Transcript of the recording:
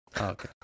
Okay